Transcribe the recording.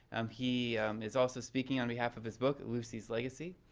um he is also speaking on behalf of his book, lucy's legacy.